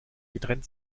getrennt